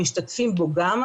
משתתפים בו גם,